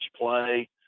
play